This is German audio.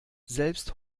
selbst